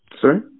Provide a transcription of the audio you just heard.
Sorry